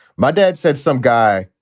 my dad said some guy,